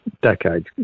decades